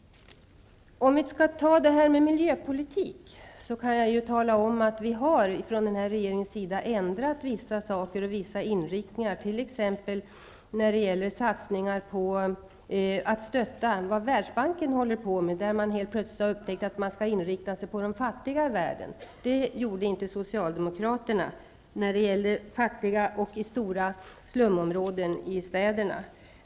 Beträffande miljöpolitik kan jag tala om att regeringen har ändrat vissa saker, t.ex. satsningarna på det som Världsbanken ägnar sig åt. Världsbanken har helt plötsligt upptäckt att man bör inrikta sig på de fattiga i världen. Det gjorde inte Socialdemokraterna när det gällde fattigdom i stora slumområden i städerna.